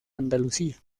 andalucía